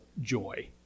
joy